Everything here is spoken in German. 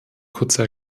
kurze